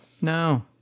No